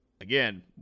Again